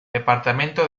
departamento